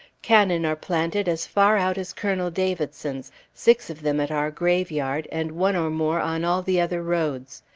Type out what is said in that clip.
cannon are planted as far out as colonel davidson's, six of them at our graveyard, and one or more on all the other roads.